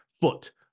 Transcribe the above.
foot